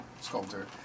sculptor